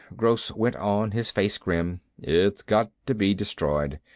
gross went on, his face grim. it's got to be destroyed.